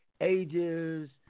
ages